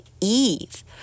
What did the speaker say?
Eve